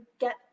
get